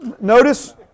notice